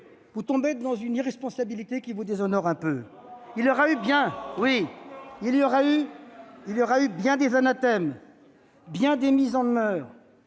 vous tombez dans une irresponsabilité qui vous déshonore quelque peu. Il y aura eu bien des anathèmes, bien des mises en demeure,